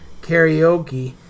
karaoke